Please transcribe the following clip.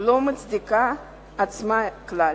לא מצדיקה את עצמה כלל.